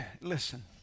Listen